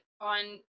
on